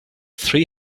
three